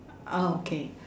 oh okay